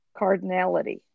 cardinality